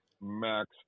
max